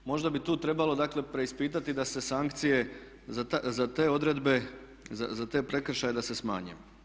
Možda bi tu trebalo dakle preispitati da se sankcije za te odredbe, za te prekršaje da se smanje.